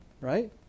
right